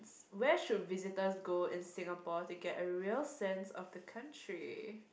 where should visitors go in Singapore to get a real sense of the country